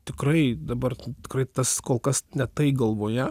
tikrai dabar tikrai tas kol kas ne tai galvoje